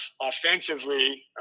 offensively